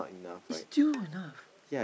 is still not enough